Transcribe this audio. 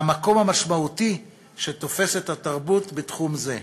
המקום המשמעותי שתופסת התרבות בתחום הזה.